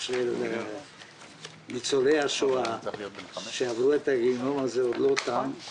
של ניצולי השואה שעברו את הגיהינום הזה עוד לא תם,